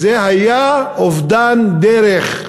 זה היה אובדן דרך.